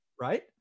right